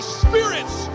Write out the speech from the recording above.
spirits